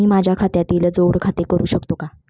मी माझ्या खात्याला जोड खाते करू शकतो का?